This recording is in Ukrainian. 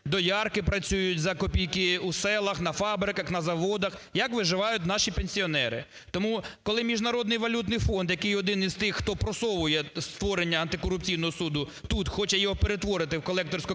доярки працюють за копійки, у селах, на фабриках, на заводах, як виживають наші пенсіонери. Тому коли Міжнародний валютний фонд, який один із тих, хто просовує створення антикорупційного суду тут хоче його перетворити в колекторську